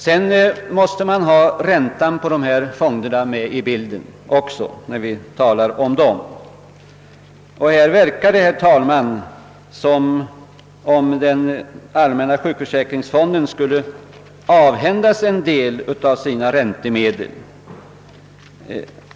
Man måste också ta med räntorna på dessa fonder i bilden. Det verkar, herr talman, som om den allmänna sjukförsäkringsfonden skulle avhända sig en del av sina räntemedel.